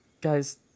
guys